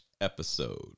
episode